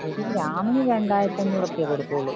ഒരു ഗ്രാമിന് രണ്ടായിരത്തി അഞ്ഞൂറൊക്കെയേ കൊടുക്കുള്ളു